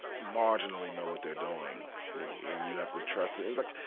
marginally know what they're doing. and you have to trust and it's like,